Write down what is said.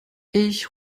ich